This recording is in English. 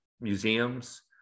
museums